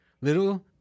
little